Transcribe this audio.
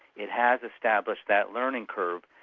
it has established that learning curve.